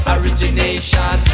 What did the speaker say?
origination